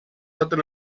totes